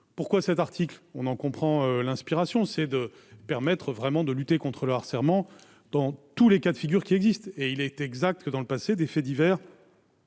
pourquoi cet article, on en comprend l'inspiration, c'est de permettre vraiment de lutter contre le harcèlement dans tous les cas de figure qui existe et il est exact que dans le passé des faits divers.